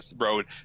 road